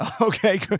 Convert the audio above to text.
Okay